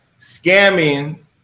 scamming